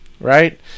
Right